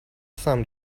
some